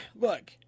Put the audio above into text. look